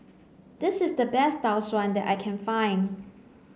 this is the best Tau Suan that I can find